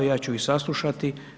Ja ću ih saslušati.